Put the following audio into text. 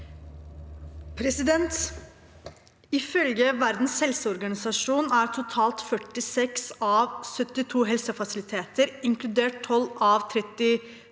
«Ifølge Verdens helse- organisasjon er totalt 46 av Gazas 72 helsefasiliteter, inkludert tolv av 35